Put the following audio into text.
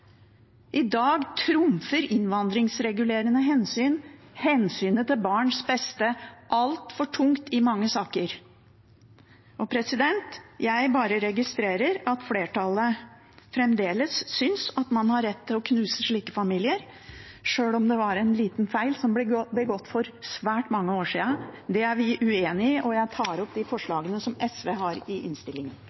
I dag trumfer innvandringsregulerende hensyn altfor tungt hensynet til barns beste i mange saker. Jeg registrerer at flertallet fremdeles synes at man har rett til å knuse slike familier, sjøl om det var en liten feil som ble begått for svært mange år siden. Det er vi uenig i. Jeg tar opp de forslagene som SV har i innstillingen.